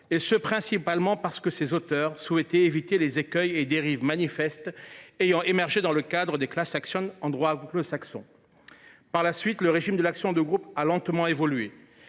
et ce principalement parce qu’il voulait éviter les écueils et dérives manifestes ayant émergé dans le cadre des en droit anglo saxon. Par la suite, le régime de l’action de groupe a lentement évolué